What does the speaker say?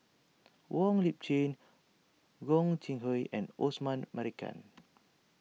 Wong Lip Chin Gog Sing Hooi and Osman Merican